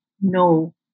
no